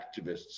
activists